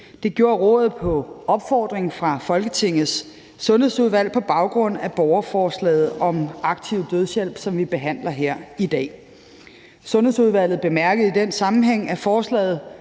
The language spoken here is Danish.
Det gjorde rådet på opfordring fra Folketingets Sundhedsudvalg på baggrund af borgerforslaget om aktiv dødshjælp, som vi behandler her i dag. Sundhedsudvalget bemærkede i den sammenhæng, at forslaget